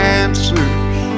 answers